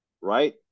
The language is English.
right